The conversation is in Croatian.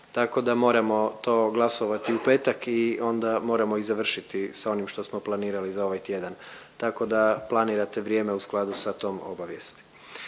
tako da moramo to glasovati u petak i onda moramo i završiti sa onim što smo planirali za ovaj tjedan, tako da planirate vrijeme u skladu sa tom obavijesti.